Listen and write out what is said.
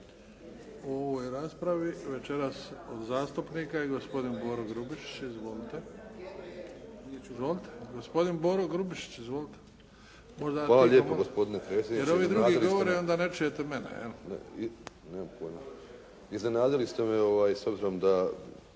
u ovoj raspravi večeras od zastupnika je gospodin Boro Grubišić. Izvolite. Gospodin Boro Grubišić. Izvolite. Možda je malo tiho, jer ovi drugi govore onda ne čuje se mene. **Grubišić, Boro